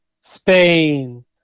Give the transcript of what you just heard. Spain